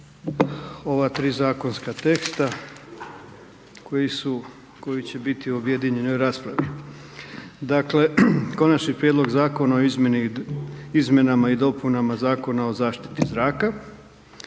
ova tri zakonska teksta koji će biti objedinjeni u ovoj raspravi. Dakle Konačni prijedlog Zakona o izmjenama i dopunama Zakona o zaštiti zraka.